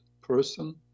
person